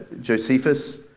Josephus